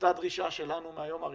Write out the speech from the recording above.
אותה דרישה שלנו מהיום הראשון.